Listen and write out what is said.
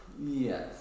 Yes